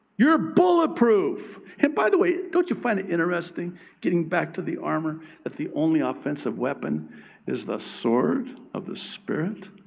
you're bulletproof. and by the way, don't you find it interesting getting back to the armor that the only offensive weapon is the sword of the spirit,